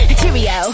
cheerio